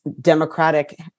Democratic